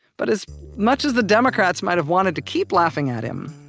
but as much as the democrats might have wanted to keep laughing at him,